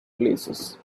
places